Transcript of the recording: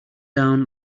down